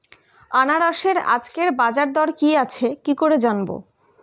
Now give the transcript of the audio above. আনারসের আজকের বাজার দর কি আছে কি করে জানবো?